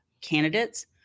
candidates